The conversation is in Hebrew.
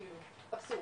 אבסורד.